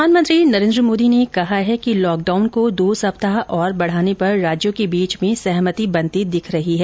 प्रधानमंत्री नरेन्द्र मोदी ने कहा है कि लॉक डाउन को दो सप्ताह और बढाने पर राज्यों के बीच में सहमति बनती दिख रही है